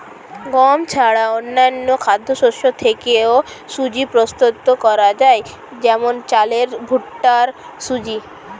গম ছাড়া অন্যান্য খাদ্যশস্য থেকেও সুজি প্রস্তুত করা যায় যেমন চালের ভুট্টার সুজি